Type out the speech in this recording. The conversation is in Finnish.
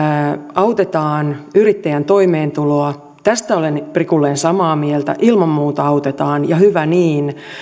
autetaan yrittäjän toimeentuloa tästä olen prikulleen samaa mieltä ilman muuta autetaan ja hyvä niin